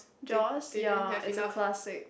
Jaws ya it's a classic